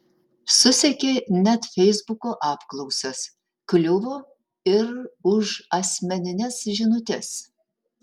susekė net feisbuko apklausas kliuvo ir už asmenines žinutes